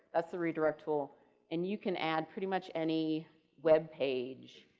that's a redirect tool and you can add pretty much any web page.